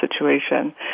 situation